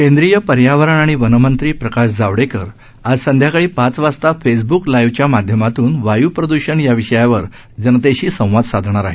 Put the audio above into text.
केंद्रिय पर्यावरण आणि वन मंत्री प्रकाश जावडेकर आज संध्याकाळी पाच वाजता फेसबुक लाईव्हच्या माध्यमातून वायू प्रदृषण याविषयावर जनतेशी संवाद साधणार आहेत